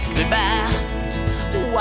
Goodbye